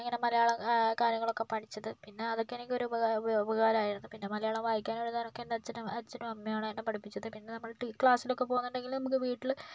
ഇങ്ങനെ മലയാളം കാര്യങ്ങളൊക്കെ പഠിച്ചത് പിന്നെ അതൊക്കെ എനിക്ക് ഒരു ഉപകാ ഉപകാരമായിരുന്നു പിന്നെ മലയാളം വായിക്കാനും എഴുതാനുമൊക്കെ എന്റെ അച്ഛനും അച്ഛനും അമ്മയും ആണ് എന്ന പഠിപ്പിച്ചത് പിന്നെ നമ്മള് ക്ളാസ്സിലൊക്കെ പോന്നുണ്ടെങ്കിൽ നമുക്ക് വീട്ടില്